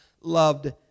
loved